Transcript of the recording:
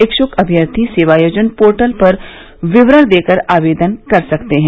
इच्छुक अम्यर्थी सेवायोजन पोर्टल पर विवरण देखकर आवेदन कर सकते हैं